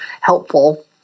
helpful